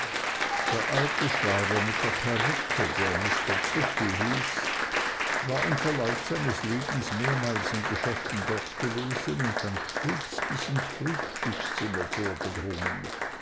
der alte schreiber mit der perücke der mr tiffey hieß war im verlauf seines lebens mehrmals in geschäften dort gewesen und dann stets bis ins frühstückszimmer vorgedrungen